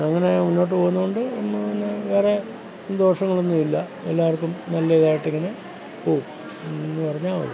അങ്ങനെ മുന്നോട്ടു പോകുന്നുണ്ട് വേറെ ദോഷങ്ങളൊന്നും ഇല്ല എല്ലാവർക്കും നല്ലയിതായിട്ടിങ്ങനെ പോകും എന്നു പറഞ്ഞാൽ മതി